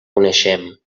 coneixem